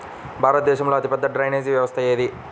భారతదేశంలో అతిపెద్ద డ్రైనేజీ వ్యవస్థ ఏది?